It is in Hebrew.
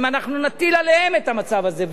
אם אנחנו נטיל עליהם את המצב הזה,